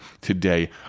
today